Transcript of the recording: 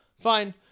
Fine